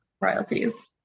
royalties